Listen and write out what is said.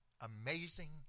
amazing